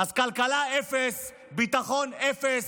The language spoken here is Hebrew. אז כלכלה, אפס, ביטחון, אפס.